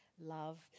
love